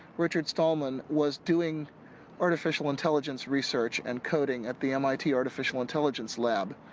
richard stallman was doing artificial intelligence research and coding at the mit artificial intelligence lab.